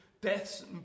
deaths